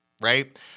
Right